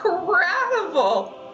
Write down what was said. incredible